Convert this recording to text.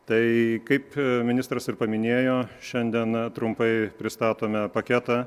tai kaip ministras ir paminėjo šiandien na trumpai pristatome paketą